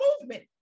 movement